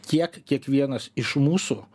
kiek kiekvienas iš mūsų